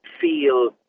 feel